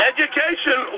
Education